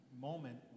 moment